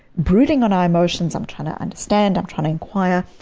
brooding on our emotions, i'm trying to understand, i'm trying to inquire,